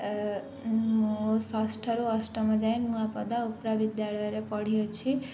ମୁଁ ଷଷ୍ଠରୁ ଅଷ୍ଟମ ଯାଏଁ ନୂଆପଦା ଉପ୍ରା ବିଦ୍ୟାଳୟରେ ପଢ଼ିଅଛି